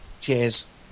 cheers